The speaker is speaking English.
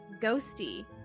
GHOSTY